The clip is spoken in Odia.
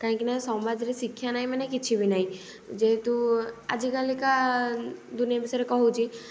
କାହିଁକି ନା ସମାଜରେ ଶିକ୍ଷା ନାହିଁ ମାନେ କିଛି ବି ନାହିଁ ଯେହେତୁ ଆଜିକାଲି କା ଦୁନିଆ ବିଷୟରେ କହୁଛି